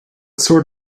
sort